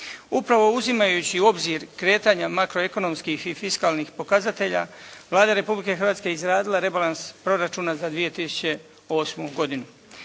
Upravo uzimajući u obzir kretanja makroekonomskih i fiskalnih pokazatelja, Vlada Republike Hrvatske izradila je rebalans proračuna za 2008. godinu.